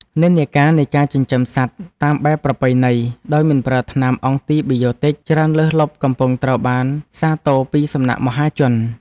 និន្នាការនៃការចិញ្ចឹមសត្វតាមបែបប្រពៃណីដោយមិនប្រើថ្នាំអង់ទីប៊ីយោទិចច្រើនលើសលប់កំពុងត្រូវបានសាទរពីសំណាក់មហាជន។